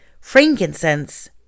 Frankincense